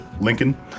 Lincoln